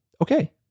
Okay